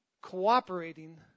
cooperating